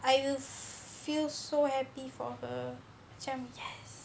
I will feel so happy for her macam yes